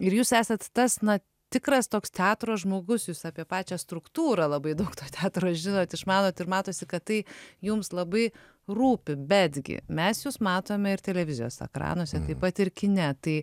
ir jūs esat tas na tikras toks teatro žmogus jūs apie pačią struktūrą labai daug to teatro žinot išmanot ir matosi kad tai jums labai rūpi betgi mes jus matome ir televizijos ekranuose taip pat ir kine tai